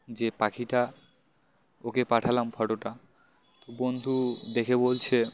যে পাখিটা ওকে পাঠালাম ফটোটা তো বন্ধু দেখে বলছে